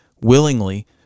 willingly